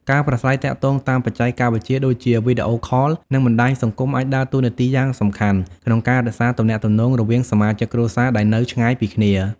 ការប្រាស្រ័យទាក់ទងតាមបច្ចេកវិទ្យា ដូចជាវីដេអូខល និងបណ្ដាញសង្គម អាចដើរតួនាទីយ៉ាងសំខាន់ក្នុងការរក្សាទំនាក់ទំនងរវាងសមាជិកគ្រួសារដែលនៅឆ្ងាយពីគ្នា។